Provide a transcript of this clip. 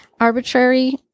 arbitrary